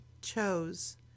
chose